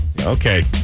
Okay